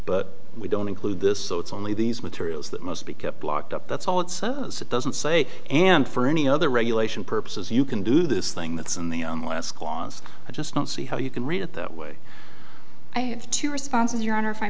but we don't include this so it's only these materials that must be kept locked up that's all it doesn't say and for any other regulation purposes you can do this thing that's in the last clause i just don't see how you can read it that way i have two responses your honor if i